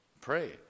pray